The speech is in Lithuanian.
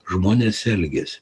žmonės elgiasi